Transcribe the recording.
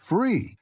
Free